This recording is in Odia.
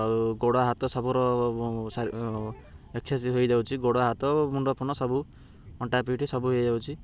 ଆଉ ଗୋଡ଼ ହାତ ସବୁର ଏକ୍ସ୍ରସାଇଜ୍ ହେଇଯାଉଛି ଗୋଡ଼ ହାତ ମୁଣ୍ଡଫୁଣ୍ଡ ସବୁ ଅଣ୍ଟା ପିଠି ସବୁ ହେଇଯାଉଛି